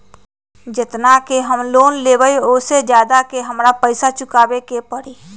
जेतना के हम लोन लेबई ओ से ज्यादा के हमरा पैसा चुकाबे के परी?